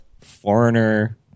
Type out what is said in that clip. foreigner